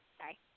sorry